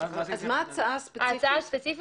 ההצעה הספציפית,